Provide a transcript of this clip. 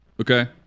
okay